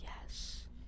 yes